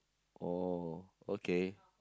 oh okay